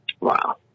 wow